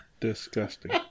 Disgusting